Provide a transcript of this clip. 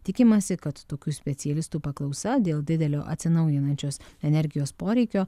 tikimasi kad tokių specialistų paklausa dėl didelio atsinaujinančios energijos poreikio